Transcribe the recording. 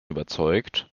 überzeugt